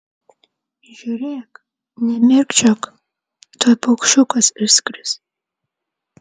žiūrėk nemirkčiok tuoj paukščiukas išskris